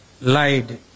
lied